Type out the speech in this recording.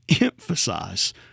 emphasize